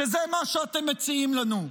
שזה מה שאתם מציעים לנו?